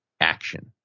action